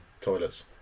toilets